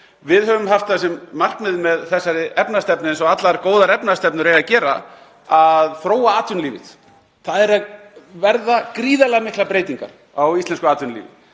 Við höfum haft það sem markmið með þessari efnahagsstefnu, eins og allar góðar efnahagsstefnur eiga að gera, að þróa atvinnulífið. Það eru að verða gríðarlega miklar breytingar á íslensku atvinnulífi,